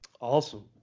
Awesome